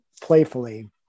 playfully